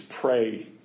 pray